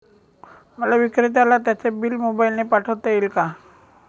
मला विक्रेत्याला त्याचे बिल मोबाईलने पाठवता येईल का?